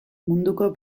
munduko